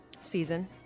season